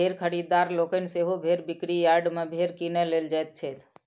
भेंड़ खरीददार लोकनि सेहो भेंड़ बिक्री यार्ड सॅ भेंड़ किनय लेल जाइत छथि